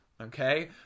okay